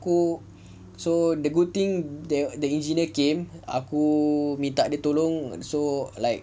aku so the good thing the the engineer came aku minta dia tolong so like